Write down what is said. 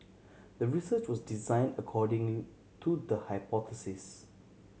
the research was design according to the hypothesis